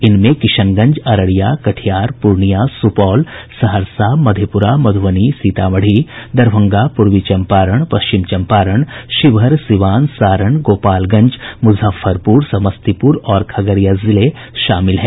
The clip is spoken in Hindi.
इनमें किशनगंज अररिया कटिहार पूर्णियां सुपौल सहरसा मधेपूरा मधुबनी सीतामढ़ी दरभंगा पूर्वी चम्पारण पश्चिम चम्पारण शिवहर सीवान सारण गोपालगंज मुजफ्फरपुर समस्तीपुर और खगड़िया जिले शामिल हैं